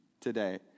today